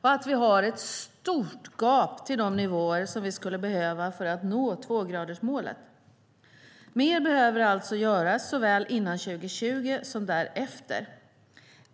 och att vi har ett stort gap till de nivåer som vi skulle behöva för att nå tvågradersmålet. Mer behöver alltså göras såväl före 2020 som därefter.